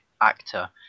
actor